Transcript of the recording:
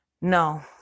No